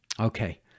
Okay